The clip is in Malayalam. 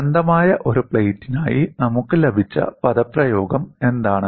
അനന്തമായ ഒരു പ്ലേറ്റിനായി നമുക്ക് ലഭിച്ച പദപ്രയോഗം എന്താണ്